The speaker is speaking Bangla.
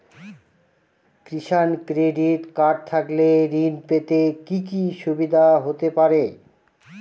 কিষান ক্রেডিট কার্ড থাকলে ঋণ পেতে কি কি সুবিধা হতে পারে?